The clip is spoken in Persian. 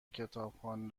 کتابخانه